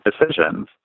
decisions